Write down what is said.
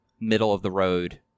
middle-of-the-road